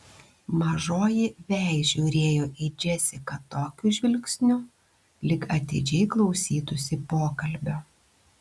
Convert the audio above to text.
mažoji vei žiūrėjo į džesiką tokiu žvilgsniu lyg atidžiai klausytųsi pokalbio